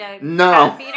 No